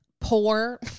poor